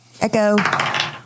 Echo